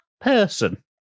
person